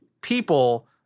people